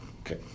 Okay